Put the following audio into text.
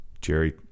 Jerry